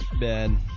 bad